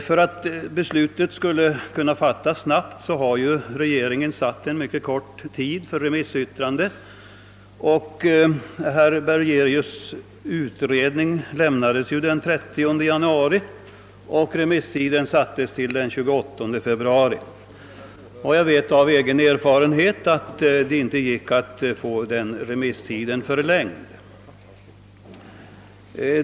För att beslut skulle kunna fattas snabbt har regeringen satt en mycket kort tid för remissyttrandena — herr Bergérus” utredningsbetänkande lämnades ju den 30 januari — d. v. s. till den 28 februari. Jag vet av egen erfarenhet att det inte gick att få den remisstiden förlängd.